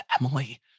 Emily